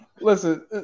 Listen